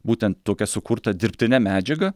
būtent tokia sukurta dirbtine medžiaga